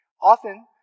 Often